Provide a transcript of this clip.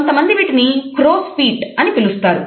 కొంతమంది వీటిని CrossFit అని పిలుస్తారు